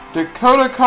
Dakota